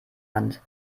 hand